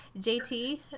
JT